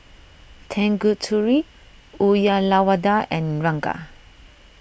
Tanguturi Uyyalawada and Ranga